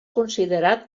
considerat